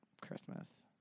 Christmas